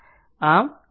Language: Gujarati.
આમ આ લખી શકે છે